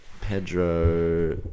Pedro